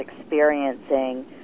experiencing